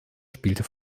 spielte